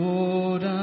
Lord